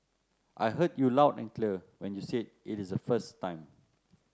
I heard you loud and clear when you said it is the first time